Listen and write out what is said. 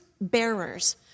bearers